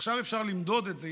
עכשיו אפשר למדוד את זה,